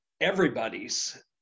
everybody's